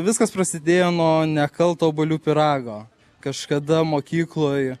viskas prasidėjo nuo nekalto obuolių pyrago kažkada mokykloj